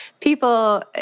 people